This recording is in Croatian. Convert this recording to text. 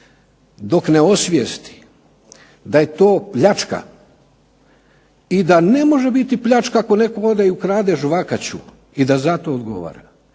dok ne osvijesti da je to pljačka i da ne može biti pljačka ako nekom ode i ukrade žvakaču i da zato odgovara.